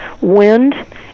wind